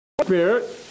Spirit